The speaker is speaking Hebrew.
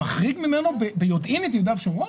מחריג ממנו ביודעין את יהודה ושומרון?